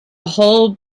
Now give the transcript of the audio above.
whole